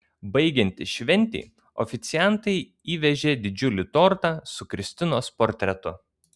baigiantis šventei oficiantai įvežė didžiulį tortą su kristinos portretu